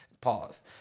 Pause